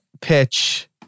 pitch